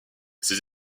ses